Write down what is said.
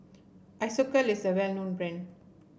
Isocal is a well known brand